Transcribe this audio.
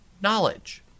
knowledge